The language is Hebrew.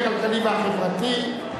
הכלכלי והחברתי.